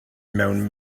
mewn